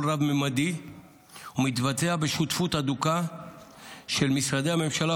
רב-ממדי ומתבצע בשותפות הדוקה של משרדי הממשלה,